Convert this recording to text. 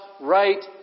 right